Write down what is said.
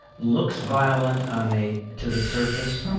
looks violent on the to the surface.